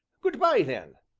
good-by, then,